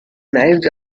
knives